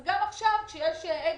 ביום ראשון האחרון,